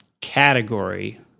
category